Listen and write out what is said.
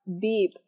beep